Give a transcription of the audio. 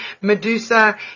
Medusa